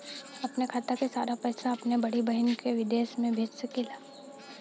अपने खाते क सारा पैसा अपने बड़ी बहिन के विदेश भेज सकीला का?